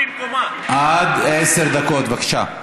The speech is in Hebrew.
עד עשר דקות, בבקשה.